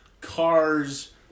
cars